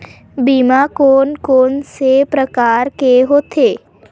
बीमा कोन कोन से प्रकार के होथे?